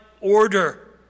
order